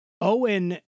Owen